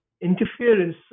interference